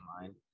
mind